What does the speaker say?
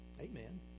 Amen